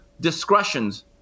discretions